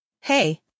Hey